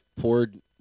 poured